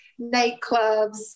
nightclubs